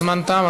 הזמן תם,